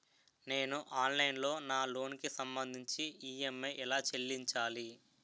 నేను ఆన్లైన్ లో నా లోన్ కి సంభందించి ఈ.ఎం.ఐ ఎలా చెల్లించాలి?